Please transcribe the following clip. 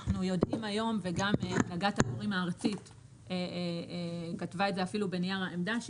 אנחנו יודעים היום וגם הנהגת המורים הארצית כתבה את זה בנייר העמדה,